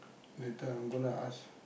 later I'm gonna ask